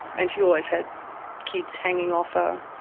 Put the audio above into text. and she always had kids hanging off her.